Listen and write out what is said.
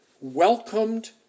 welcomed